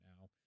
now